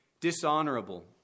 dishonorable